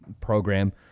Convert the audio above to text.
program